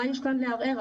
מה יש כאן לערער.